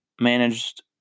managed